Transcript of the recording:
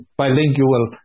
bilingual